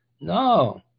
No